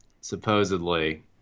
supposedly